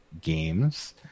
games